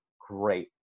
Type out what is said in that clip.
great